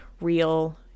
real